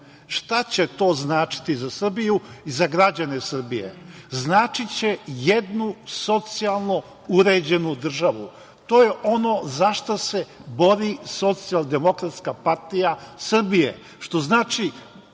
Šta će to značiti za Srbiju i za građane Srbije? Značiće jednu socijalno uređenu državu. To je ono zašta se bori Socijaldemokratska partija Srbije, što znači